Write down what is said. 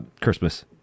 Christmas